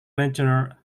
nature